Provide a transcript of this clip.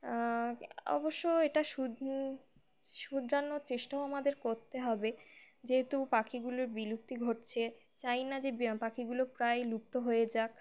অবশ্য এটা শোধরানোর চেষ্টাও আমাদের করতে হবে যেহেতু পাখিগুলোর বিলুপ্তি ঘটছে চাই না যে পাখিগুলো প্রায়ই লুপ্ত হয়ে যাক